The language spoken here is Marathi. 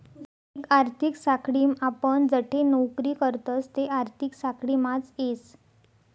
एक आर्थिक साखळीम आपण जठे नौकरी करतस ते आर्थिक साखळीमाच येस